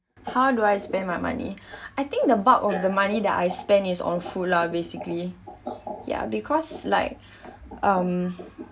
how do I spend my money I think the bulk of the money that I spend is on food lah basically ya because like um